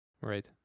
Right